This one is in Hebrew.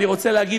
אני רוצה להגיד,